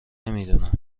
نمیدونم